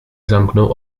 zamknął